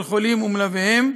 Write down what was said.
של חולים ומלוויהם.